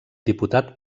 diputat